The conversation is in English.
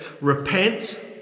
Repent